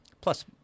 Plus